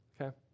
okay